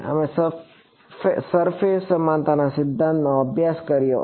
અમે સરફેસ સમાનતા સિદ્ધાંતનો અભ્યાસ કર્યો અને